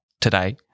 today